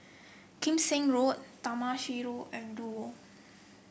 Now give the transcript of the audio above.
Kim Seng Road Taman Sireh Road and Duo